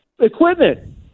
equipment